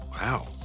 Wow